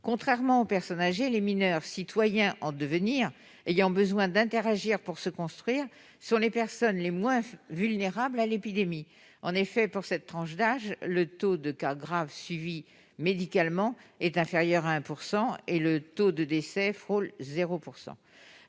Contrairement aux secondes, toutefois, les mineurs, qui sont des citoyens en devenir ayant besoin d'interagir pour se construire, sont les moins vulnérables à l'épidémie. En effet, dans cette tranche d'âge, le taux de cas graves suivis médicalement est inférieur à 1 % et le taux de décès frôle 0 %.